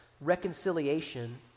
reconciliation